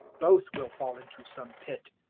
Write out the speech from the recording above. both will fall into some pit.